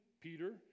Peter